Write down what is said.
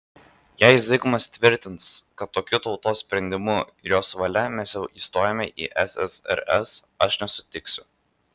jei zigmas tvirtins kad tokiu tautos sprendimu ir jos valia mes jau įstojome į ssrs aš nesutiksiu